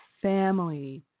family